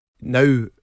Now